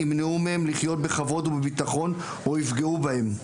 ימנעו מהם לחיות בכבוד ובביטחון או יפגעו בהם.